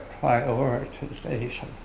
prioritization